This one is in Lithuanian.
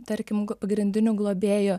tarkim pagrindiniu globėju